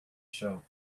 show